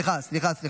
סליחה.